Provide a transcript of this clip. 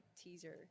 teaser